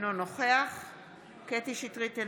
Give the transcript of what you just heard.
אינו נוכח קטי קטרין שטרית,